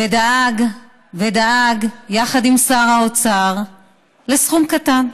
ודאג יחד עם שר האוצר לסכום קטן,